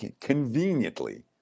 Conveniently